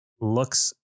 looks